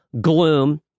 gloom